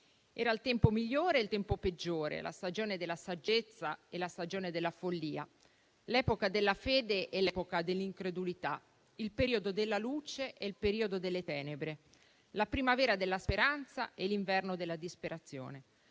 era il tempo migliore e il tempo peggiore, la stagione della saggezza e la stagione della follia, l'epoca della fede e l'epoca dell'incredulità, il periodo della luce e il periodo delle tenebre, la primavera della speranza e l'inverno della disperazione.